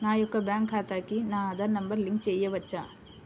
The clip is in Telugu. నా యొక్క బ్యాంక్ ఖాతాకి నా ఆధార్ నంబర్ లింక్ చేయవచ్చా?